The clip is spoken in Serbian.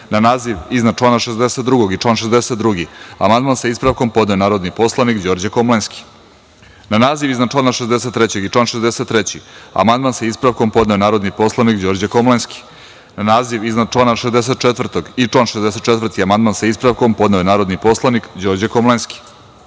naziv iznad člana 62. i član 62. amandman, sa ispravkom, je podneo narodni poslanik Đorđe Komlenski. Na naziv iznad člana 63. i član 63. amandman, sa ispravkom, je podneo narodni poslanik Đorđe Komlenski. Na naziv iznad člana 64. i član 64. amandman, sa ispravkom, je podneo narodni poslanik Đorđe Komlenski. Na